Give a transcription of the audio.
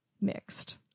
mixed